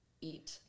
eat